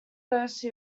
those